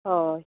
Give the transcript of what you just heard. हय